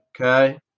okay